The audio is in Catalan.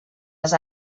les